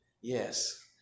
Yes